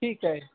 ਠੀਕ ਹੈ